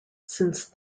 since